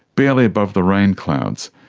barely above the rainclouds.